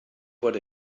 what